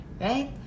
right